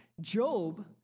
Job